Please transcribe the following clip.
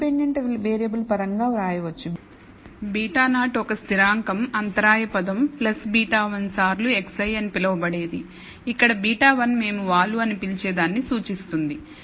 independent variable పరంగా వ్రాయవచ్చు β0 ఒక స్థిరాంకం అంతరాయం పదం β1 సార్లు xi అని పిలువబడేది ఇక్కడ β1 మేము వాలు అని పిలిచేదాన్ని సూచిస్తుంది